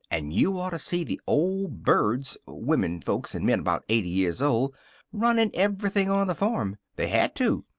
and you ought to see the old birds womenfolks and men about eighty years old runnin' everything on the farm. they had to.